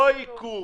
לא עיכוב,